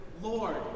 Lord